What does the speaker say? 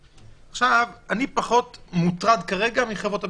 אני פחות מוטרד כרגע מחברות הביטוח.